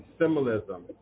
symbolism